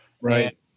Right